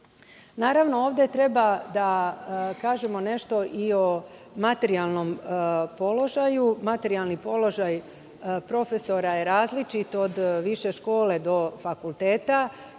Srbiji. Naravno, ovde treba da kažemo nešto i o materijalnom položaju. Materijalni položaj profesora je različit, od više škole do fakulteta,